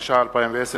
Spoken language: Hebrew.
התש"ע 2010,